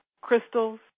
crystals